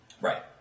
Right